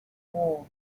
war